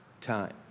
time